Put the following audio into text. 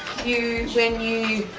you when you